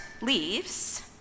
leaves